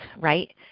right